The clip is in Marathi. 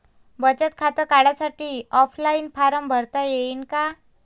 बचत खातं काढासाठी ऑफलाईन फारम भरता येईन का?